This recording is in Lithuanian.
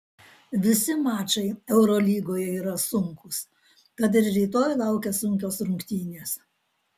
visi mačai eurolygoje yra sunkūs tad ir rytoj laukia sunkios rungtynės